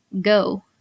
Go